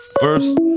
First